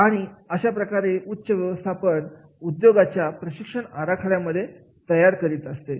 आणि अशा प्रकारे उच्च व्यवस्थापन उद्योगाचा प्रशिक्षण आराखडा तयार करीत असते